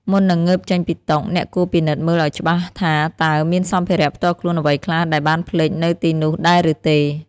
មុននឹងងើបចេញពីតុ អ្នកគួរពិនិត្យមើលឱ្យច្បាស់ថាតើមានសម្ភារៈផ្ទាល់ខ្លួនអ្វីខ្លះដែលបានភ្លេចនៅទីនោះដែរឬទេ។